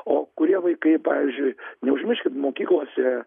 o kurie vaikai pavyzdžiui neužmirškit mokyklose